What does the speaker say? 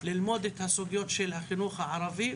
ללמוד את הסוגיות של החינוך הערבי,